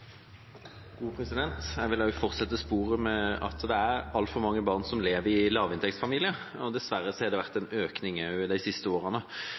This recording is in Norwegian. Jeg vil fortsette sporet med at det er altfor mange barn som lever i lavinntektsfamilier. Dessverre har det vært en økning de siste årene.